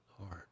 Lord